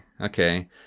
okay